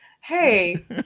hey